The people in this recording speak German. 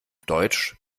deutsch